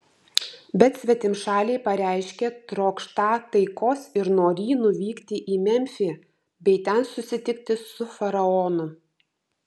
bet svetimšaliai pareiškė trokštą taikos ir norį nuvykti į memfį bei ten susitikti su faraonu